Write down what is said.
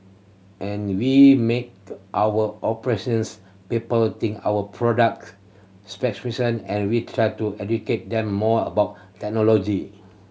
and we make our operations people think of product specifications and we try to educate them more about technology